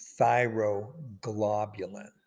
thyroglobulin